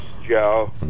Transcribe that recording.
Joe